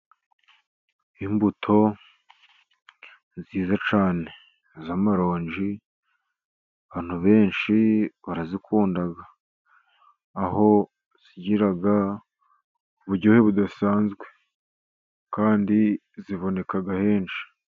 Imbuto nziza cyane z'amaronji , abantu benshi barazikunda. Aho zigira uburyohe budasanzwe, kandi ziboneka henshi .